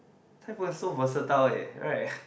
Cai-Png is so versatile eh right